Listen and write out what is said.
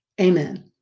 Amen